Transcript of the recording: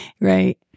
Right